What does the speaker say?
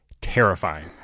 terrifying